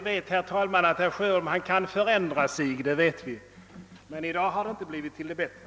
Herr talman! Vi vet att herr Sjöholm har lätt att ändra sig, men i dag har det inte blivit till det bättre.